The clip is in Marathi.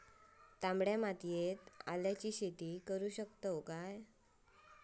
तामड्या मातयेत आल्याचा शेत करु शकतू काय?